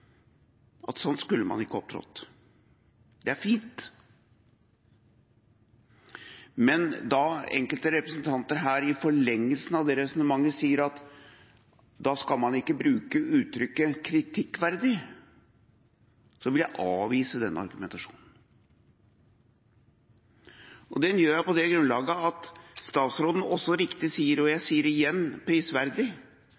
at sånn skulle man ikke opptrådt. Det er fint, men når enkelte representanter her i forlengelsen av det resonnementet sier at da skal man ikke bruke uttrykket «kritikkverdig», vil jeg avvise den argumentasjonen. Det gjør jeg på det grunnlaget at statsråden også riktig sier – og